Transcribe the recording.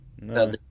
no